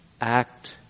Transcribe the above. act